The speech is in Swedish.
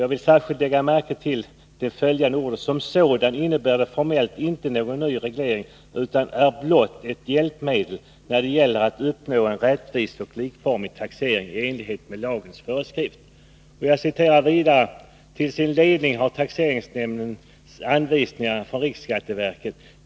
Jag vill särskilt peka på vad statsrådet därefter säger: ”Som sådana innebär de formellt inte någon ny reglering utan är blott ett hjälpmedel när det gäller att uppnå en rättvis och likformig taxering i enlighet med lagens föreskrift.” Jag citerar vidare beträffande taxeringsnämnderna: ”Till sin ledning har de anvisningarna från riksskatteverket.